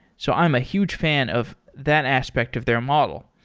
so i'm a huge fan of that aspect of their model.